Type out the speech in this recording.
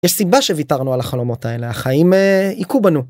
‫יש סיבה שוויתרנו על החלומות האלה, ‫החיים היכו בנו.